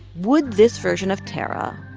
would this version of tarra,